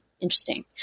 interesting